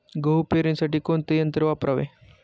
गहू पेरणीसाठी कोणते यंत्र वापरावे?